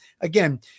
again